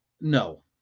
No